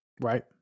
right